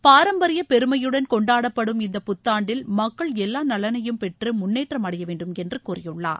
பாரம்பரிய பெருமையுடன் கொண்டாடப்படும் இந்தப் புத்தாண்டில் மக்கள் எல்லா நலனையும் பெற்று முன்னேற்றம் அடைய வேண்டும் என்று கூறியுள்ளார்